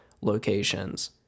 locations